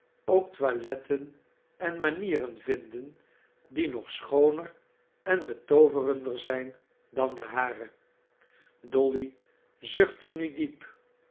ook toiletten en manieren vinden die nog schooner en betooverender zijn dan de hare dolly zuchtte nu diep